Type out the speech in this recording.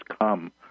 come